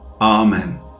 Amen